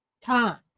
time